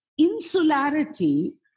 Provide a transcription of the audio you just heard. insularity